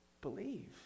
Believe